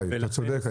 אתה צודק.